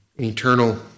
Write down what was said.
eternal